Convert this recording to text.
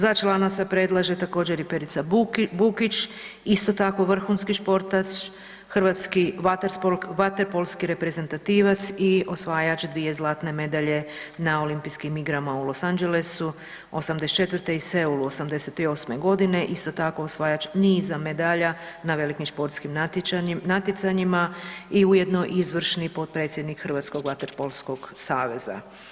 Za člana se predlaže također i Perica Bukić, isto tako vrhunski športaš, hrvatski vaterpolski reprezentativac i osvajač dvije zlatne medalje na OI u Los Angelesu '84. i Seulu '88. g., isto tako osvajač niza medalja na velikim športskim natjecanjima i ujedno izvršni potpredsjednik Hrvatskog vaterpolskog saveza.